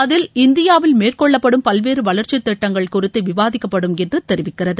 அதில் இந்தியாவில் மேற்கொள்ளப்படும் பல்வேறு வளர்ச்சி திட்டங்கள் குறித்து விவாதிக்கப்படும் என்று தெரிவிகிறது